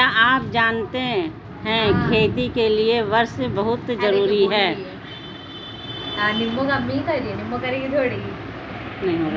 क्या आप जानते है खेती के लिर वर्षा बहुत ज़रूरी है?